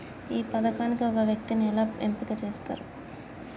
ఈ పథకానికి ఒక వ్యక్తిని ఎలా ఎంపిక చేస్తారు?